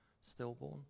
stillborn